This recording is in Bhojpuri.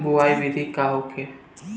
बुआई विधि का होला?